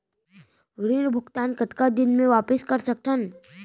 ऋण भुगतान कतका दिन म वापस कर सकथन?